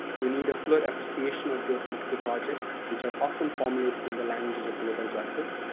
we need a full appreciation of their political projects, which are often formulated in the languages of global justice,